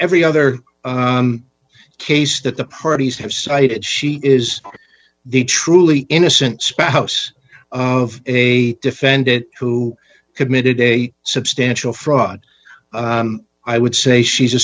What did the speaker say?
every other case that the parties have cited she is the truly innocent spouse of a defended who committed a substantial fraud i would say she's a